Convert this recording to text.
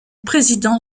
président